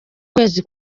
kwezi